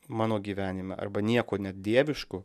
mano gyvenime arba nieko net dievišku